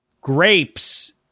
grapes